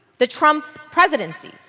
the trump presidency